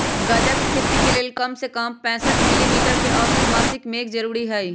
गजा के खेती के लेल कम से कम पैंसठ मिली मीटर के औसत मासिक मेघ जरूरी हई